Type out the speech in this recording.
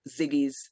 Ziggy's